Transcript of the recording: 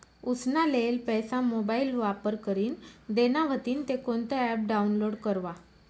उसना लेयेल पैसा मोबाईल वापर करीन देना व्हतीन ते कोणतं ॲप डाऊनलोड करवा?